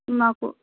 మాకు